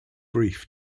brief